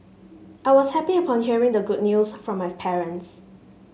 I was happy upon hearing the good news from my parents